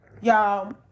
Y'all